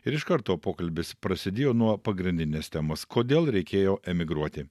ir iš karto pokalbis prasidėjo nuo pagrindinės temos kodėl reikėjo emigruoti